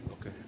Okay